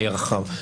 היה רחב.